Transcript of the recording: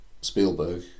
Spielberg